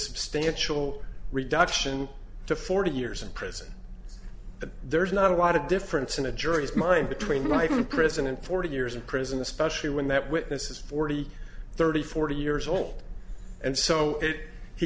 substantial reduction to forty years in prison but there's not a lot of difference in a jury's mind between right in prison and forty years in prison especially when that witness is forty thirty forty years old and so it